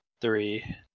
three